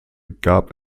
gab